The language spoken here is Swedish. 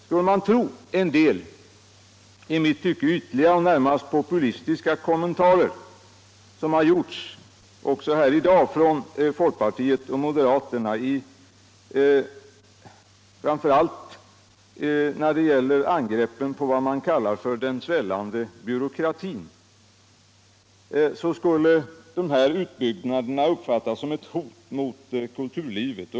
Skulle man tro en del i mitt tycke vtiliga och närmast populistiska kommentarer som har gjorts också här i dag från folkpartiet och moderaterna, framför allt i angreppen på vad man kallar för den svällande byråkratin, skulle de här utbyggnaderna uppfattas som ett hot mot kulturlivet.